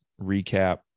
recap